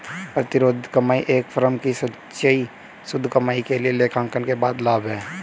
प्रतिधारित कमाई एक फर्म की संचयी शुद्ध कमाई के लिए लेखांकन के बाद लाभ है